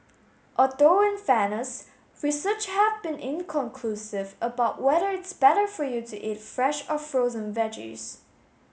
although in fairness research has been inconclusive about whether it's better for you to eat fresh or frozen veggies